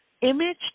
image